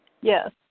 Yes